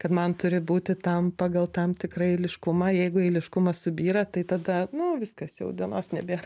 kad man turi būti tam pagal tam tikrą eiliškumą jeigu eiliškumas subyra tai tada nu viskas jau dienos nebėra